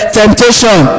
temptation